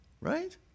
Right